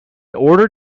order